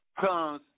comes